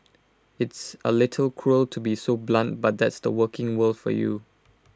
it's A little cruel to be so blunt but that's the working world for you